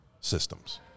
systems